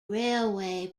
railway